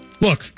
Look